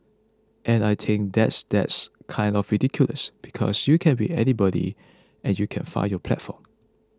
and I think that's that's kind of ridiculous because you can be anybody and you can find your platform